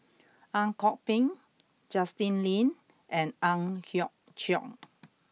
Ang Kok Peng Justin Lean and Ang Hiong Chiok